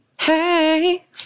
Hey